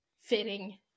fitting